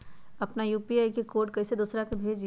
अपना यू.पी.आई के कोड कईसे दूसरा के भेजी?